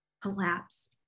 collapse